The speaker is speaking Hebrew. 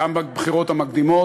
גם בבחירות המקדימות,